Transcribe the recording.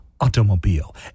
automobile